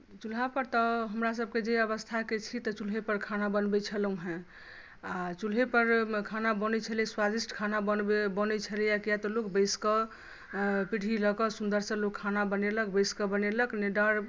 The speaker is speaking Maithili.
चूल्हापर तऽ हमरासभ जाहि अवस्थाके छी तऽ चूल्हेपर खाना बनबैत छलहुँ हेँ आ चूल्हेपर खाना बनैत छलै स्वादिष्ट खाना बनबैत बनैत छलैए कियाक तऽ लोक बैसि कऽ पीढ़ी लऽ कऽ सुन्दरसँ लोक खाना बनेलक बैसि कऽ बनेलक नहि डाँर